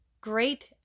great